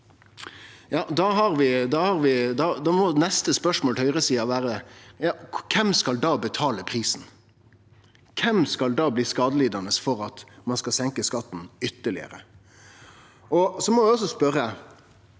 må neste spørsmål til høgresida vere: Kven skal da betale prisen? Kven skal da bli skadelidande for at ein skal senke skatten ytterlegare? Eg må også spørje